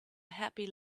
happy